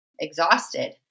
exhausted